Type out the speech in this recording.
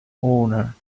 owner